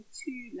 two